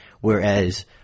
Whereas